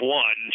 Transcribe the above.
one